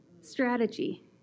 strategy